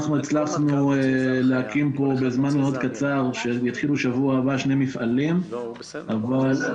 אנחנו הצלחנו להקים פה בזמן מאוד קצר שני מפעלים בזמן